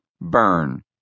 burn